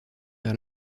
vers